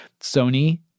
Sony